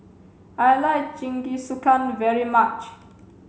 I like Jingisukan very much